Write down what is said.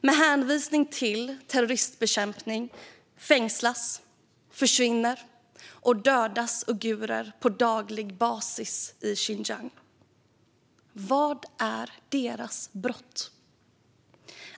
Med hänvisning till terroristbekämpning fängslas, försvinner och dödas uigurer på daglig basis i Xinjiang. Vad är deras brott?